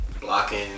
Blocking